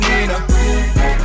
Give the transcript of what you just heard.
Nina